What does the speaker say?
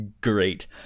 great